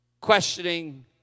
questioning